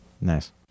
Nice